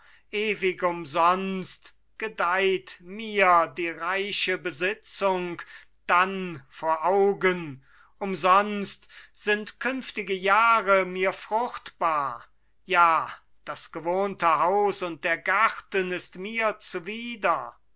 ewig umsonst gedeiht mir die reiche besitzung dann vor augen umsonst sind künftige jahre mir fruchtbar ja das gewohnte haus und der garten ist mir zuwider